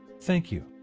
thank you.